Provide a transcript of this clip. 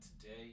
today